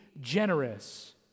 generous